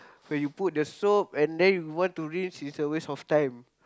when you put the soap and then you want to rinse is a waste of time